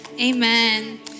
Amen